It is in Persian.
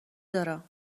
دارم